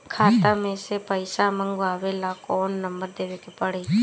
खाता मे से पईसा मँगवावे ला कौन नंबर देवे के पड़ी?